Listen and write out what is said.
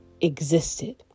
existed